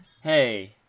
Hey